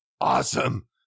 awesome